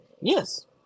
Yes